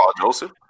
Joseph